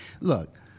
Look